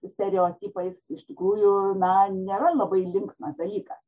stereotipais iš tikrųjų na nėra labai linksmas dalykas